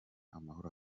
amahoro